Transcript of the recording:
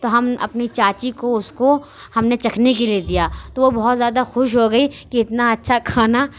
تو ہم اپنی چاچی کو اُس کو ہم نے چکھنے کے لیے دیا تو وہ بہت زیادہ خوش ہو گئی کہ اتنا اچھا کھانا